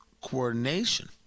coordination